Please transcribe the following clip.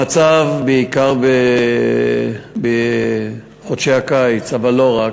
המצב, בעיקר בחודשי הקיץ, אבל לא רק,